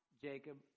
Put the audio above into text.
Jacob